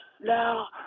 Now